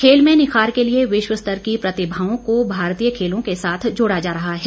खेल में निखार के लिए विश्व स्तर की प्रतिभाओं को भारतीय खेलों के साथ जोड़ा जा रहा है